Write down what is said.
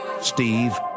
Steve